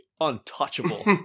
untouchable